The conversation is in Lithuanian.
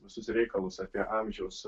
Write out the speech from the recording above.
visus reikalus apie amžiaus